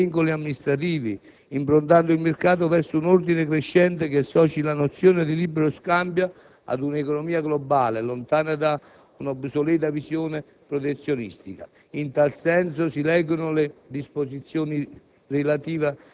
abbattendo vincoli amministrativi, improntando il mercato verso un ordine crescente che associ la nozione di libero scambio ad un'economia globale lontana da un'obsoleta visione protezionista. In tal senso si leggono le disposizioni